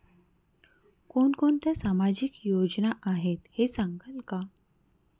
कोणकोणत्या सामाजिक योजना आहेत हे सांगाल का?